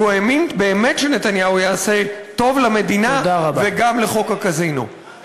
"הוא האמין באמת שנתניהו יעשה טוב למדינה וגם לחוק הקזינו." תודה רבה.